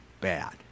bad